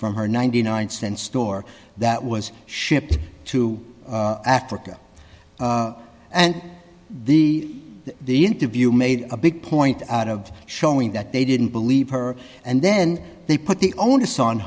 from her ninety nine dollars cent store that was shipped to africa and the the interview made a big point out of showing that they didn't believe her and then they put the onus on